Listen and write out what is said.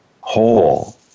whole